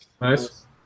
Nice